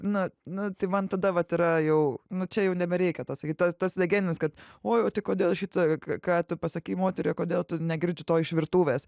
na nu tai man tada vat yra jau nu čia jau nebereikia to sakyt tas tas legendinis kad oi o tai kodėl šita ką tu pasakei moteriai kodėl negirdžiu to iš virtuvės